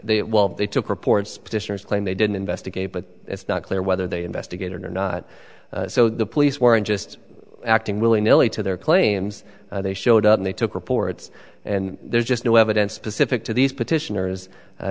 while they took reports petitioners claim they didn't investigate but it's not clear whether they investigate or not so the police weren't just acting willy nilly to their claims they showed up and they took reports and there's just no evidence specific to these petitioners